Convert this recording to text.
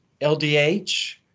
LDH